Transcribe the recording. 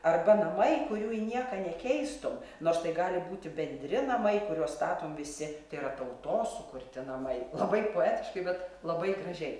arba namai kurių į nieką nekeistum nors tai gali būti bendri namai kuriuos statom visi tai yra tautos sukurti namai labai poetiškai bet labai gražiai